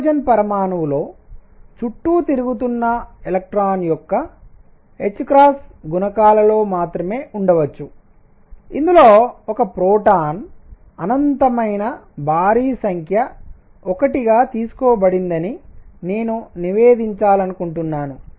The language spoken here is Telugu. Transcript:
హైడ్రోజన్ పరమాణువులో చుట్టూ తిరుగుతున్న ఎలక్ట్రాన్ యొక్క ℏ గుణకాలలో మాత్రమే ఉండవచ్చు ఇందులో ఒక ప్రోటాన్ అనంతమైన భారీ సంఖ్య 1 గా తీసుకోబడిందని నేను నివేదించాలనుకుంటున్నాను